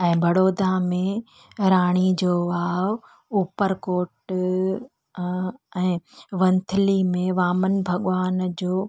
ऐं बड़ौदा में राणी जो आव उपर कोट ऐं वनथली में वामन भॻवान जो